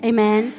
Amen